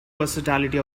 versatility